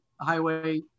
Highway